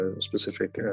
specific